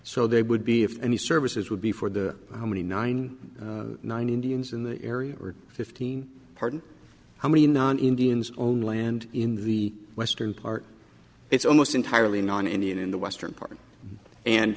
so they would be if any services would be for the how many nine nine indians in the area or fifteen pardon how many non indians own land in the western part it's almost entirely non indian in the western part and